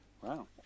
Wow